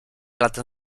latem